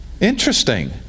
Interesting